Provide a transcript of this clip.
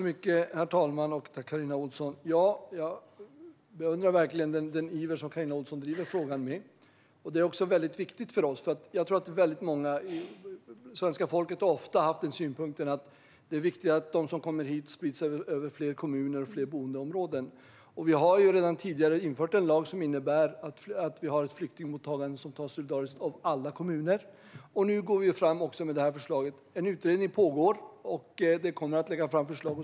Herr talman! Tack, Carina Ohlsson! Jag beundrar verkligen den iver som Carina Ohlsson driver denna fråga med. Frågan är viktig även för oss. Svenska folket har ofta haft synpunkten att det är viktigt att de som kommer hits sprids över fler kommuner och fler boendeområden. Vi har redan tidigare infört en lag som innebär att vi har ett flyktingmottagande som tas solidariskt av alla kommuner. Nu går vi också fram med det här förslaget. En utredning pågår, och den kommer att lägga fram sitt förslag.